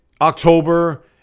October